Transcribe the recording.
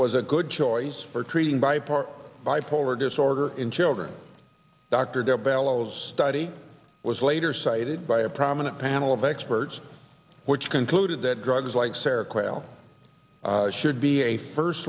was a good choice for treating by part bipolar disorder in children dr dale bellows study was later cited by a prominent panel of experts which concluded that drugs like sarah quail should be a first